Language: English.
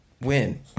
win